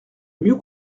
mieux